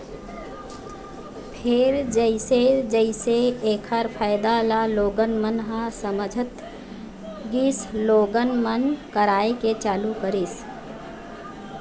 फेर जइसे जइसे ऐखर फायदा ल लोगन मन ह समझत गिस लोगन मन कराए के चालू करिस